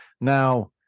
Now